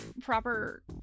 proper